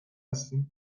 هستیم